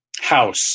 House